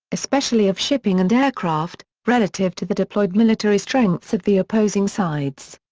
especially of shipping and aircraft, relative to the deployed military strengths of the opposing sides.